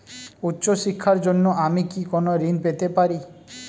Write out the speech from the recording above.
উচ্চশিক্ষার জন্য আমি কি কোনো ঋণ পেতে পারি?